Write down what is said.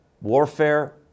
warfare